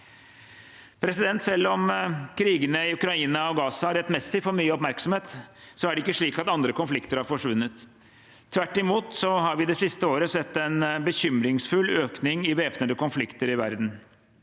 Israel. Selv om krigene i Ukraina og i Gaza rettmessig får mye oppmerksomhet, er det ikke slik at andre konflikter har forsvunnet. Tvert imot har vi det siste året sett en bekymringsfull økning i væpnede konflikter i verden.